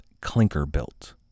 clinker-built